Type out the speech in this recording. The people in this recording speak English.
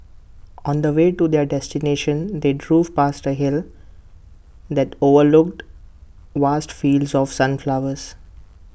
on the way to their destination they drove past A hill that overlooked vast fields of sunflowers